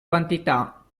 quantità